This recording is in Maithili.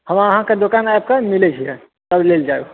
हम अहाँके दोकान आबि कऽ मिलै छियै कल मिल जायब